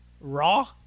Raw